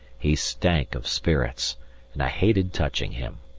he stank of spirits and i hated touching him.